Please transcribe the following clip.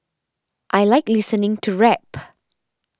I like listening to rap